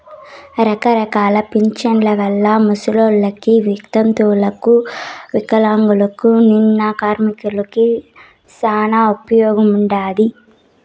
రకరకాల పింఛన్ల వల్ల ముసలోళ్ళకి, వితంతువులకు వికలాంగులకు, నిన్న కార్మికులకి శానా ఉపయోగముండాది